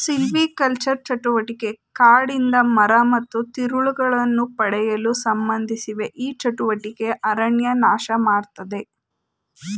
silvicultural ಚಟುವಟಿಕೆ ಕಾಡಿಂದ ಮರ ಮತ್ತು ತಿರುಳನ್ನು ಪಡೆಯಲು ಸಂಬಂಧಿಸಿವೆ ಈ ಚಟುವಟಿಕೆ ಅರಣ್ಯ ನಾಶಮಾಡ್ತದೆ